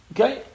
Okay